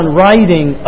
writing